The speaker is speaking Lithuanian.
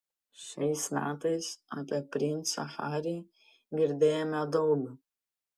šiais metais apie princą harį girdėjome daug